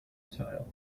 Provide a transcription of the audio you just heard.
tile